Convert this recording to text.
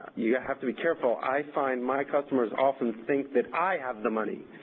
you have to be careful. i find my customers often think that i have the money,